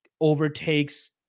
overtakes